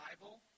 Bible